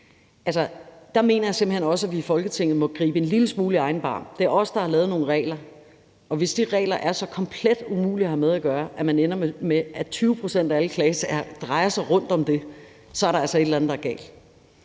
Der mener jeg simpelt hen, at vi Folketinget må gribe en lille smule i egen barm. Det er os, der har lavet nogle regler, og hvis de regler er så komplet umulige at have med at gøre, at man ender med, at 20 pct., af alle klagesager drejer sig om det, så er der altså et eller andet andet galt.